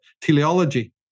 teleology